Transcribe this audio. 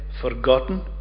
forgotten